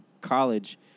college